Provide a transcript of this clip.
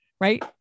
Right